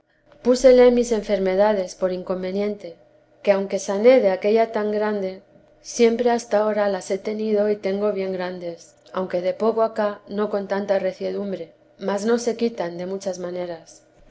púsele mis enfermedades por inconteresa de jesús veniente que aunque sané de aquella tan grande siempre hasta ahora las he tenido y tengo bien grandes aunque de poco acá no con tanta reciedumbre mas no se quitan de muchas maneras